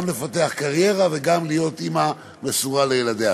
גם לפתח קריירה וגם להיות אימא מסורה לילדיה.